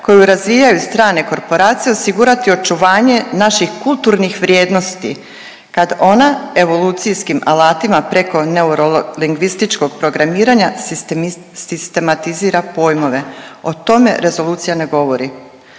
koju razvijaju strane korporacije osigurati očuvanje naših kulturnih vrijednosti, kad ona evolucijskim alatima preko neurolingvističkog programiranja, sistematizira pojmove. O tome rezolucija ne govori.